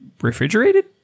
refrigerated